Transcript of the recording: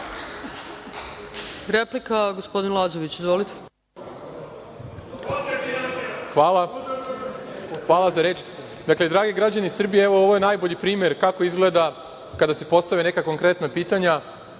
Replika, gospodin Lazović. Izvolite. **Radomir Lazović** Hvala za reč. Dakle, dragi građani Srbije, evo, ovo je najbolji primer kako izgleda kada se postave neka konkretna pitanja.